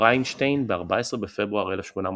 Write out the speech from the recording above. ברייטנשטיין ב-14 בפברואר 1896,